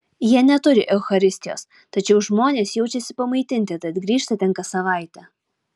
jie neturi eucharistijos tačiau žmonės jaučiasi pamaitinti tad grįžta ten kas savaitę